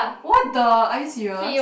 what the are you serious